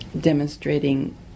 demonstrating